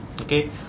okay